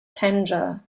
tangier